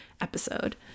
episode